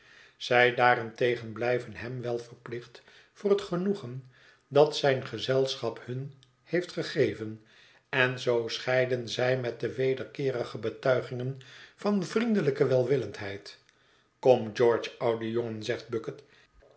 zij daarentegen blijven hem wel verplicht voor het genoegen dat zijn gezelschap hun heeft gegeven en zoo scheiden zij met wederkeerige betuigingen van vriendelijke welwillendheid kom george oude jongen zegt bucket